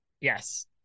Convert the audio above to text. Yes